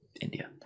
India